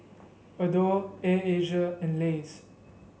Adore Air Asia and Lays